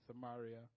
Samaria